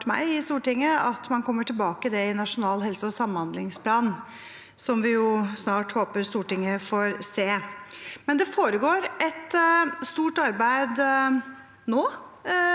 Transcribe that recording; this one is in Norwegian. at man kommer tilbake til det i Nasjonal helse- og samhandlingsplan, som vi håper Stortinget snart får se. Men det foregår et stort arbeid på